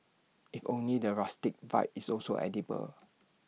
if only the rustic vibe is also edible